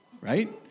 right